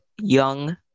young